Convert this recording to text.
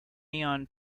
neon